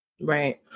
right